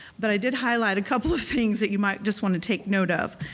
but i did highlight a couple of things that you might just want to take note of.